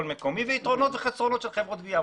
מקומי ומה היתרונות והחסרונות של חברות גבייה.